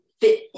fit